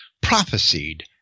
prophesied